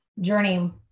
journey